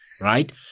right